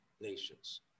nations